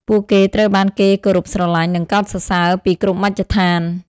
ពួកគេត្រូវបានគេគោរពស្រឡាញ់ និងកោតសរសើរពីគ្រប់មជ្ឈដ្ឋាន។